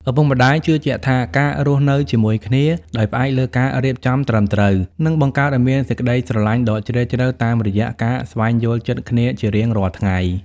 ឪពុកម្ដាយជឿជាក់ថា ការរស់នៅជាមួយគ្នាដោយផ្អែកលើការរៀបចំត្រឹមត្រូវ នឹងបង្កើតឱ្យមានសេចក្ដីស្រឡាញ់ដ៏ជ្រាលជ្រៅតាមរយៈការស្វែងយល់ចិត្តគ្នាជារៀងរាល់ថ្ងៃ។